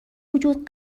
وجود